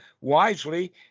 wisely